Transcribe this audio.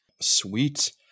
Sweet